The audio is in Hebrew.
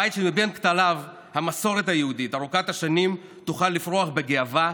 בית שבין כתליו המסורת היהודית ארוכת השנים תוכל לפרוח בגאווה,